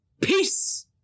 Peace